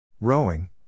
Rowing